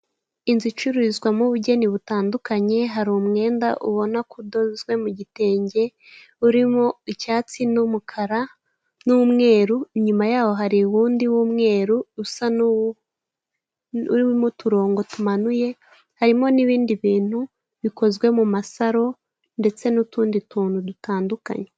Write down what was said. Inzu icururizwamo ubugeni butandukanye, hari umwenda ubona ko udozwe mu gitenge, urimo icyatsi n'umukara n'umweru, inyuma yawo hari uwundi w'umweru, usa n'urimo uturongo tumanuye, harimo n'ibindi bintu bikozwe mu masaro ndetse n'utundi tuntu dutandukanye.